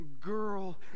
girl